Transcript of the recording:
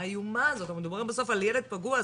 אנחנו מדברים בסוף על ילד פגוע,